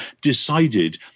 decided